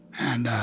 and